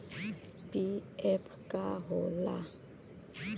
PF का होला?